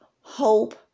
hope